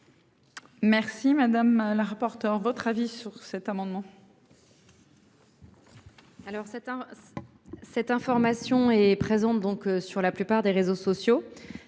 Merci madame la rapporteure votre avis sur cet amendement.